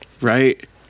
right